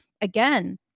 again